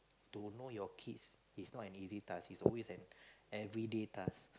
to know your kids is not an easy task is always an everyday task